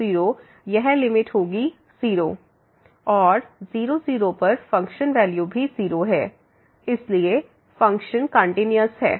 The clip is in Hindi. और 0 0पर फंक्शन वैल्यू भी 0 है इसलिए फ़ंक्शन कंटिन्यूस है